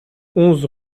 onze